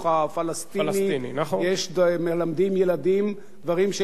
מלמדים ילדים דברים שלא הייתי רוצה ללמד מבוגרים,